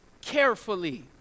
carefully